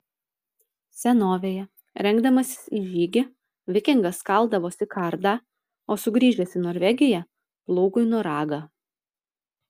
senovėje rengdamasis į žygį vikingas kaldavosi kardą o sugrįžęs į norvegiją plūgui noragą